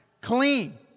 clean